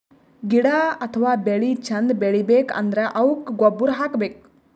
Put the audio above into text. ಗಿಡ ಅಥವಾ ಬೆಳಿ ಚಂದ್ ಬೆಳಿಬೇಕ್ ಅಂದ್ರ ಅವುಕ್ಕ್ ಗೊಬ್ಬುರ್ ಹಾಕ್ಬೇಕ್